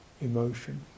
emotion